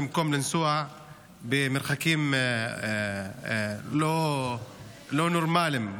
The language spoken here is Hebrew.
במקום לנסוע מרחקים לא נורמליים,